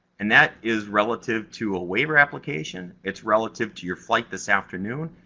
and that is relative to a waiver application. it's relative to your flight this afternoon.